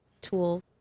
tool